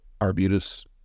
Arbutus